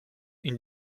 une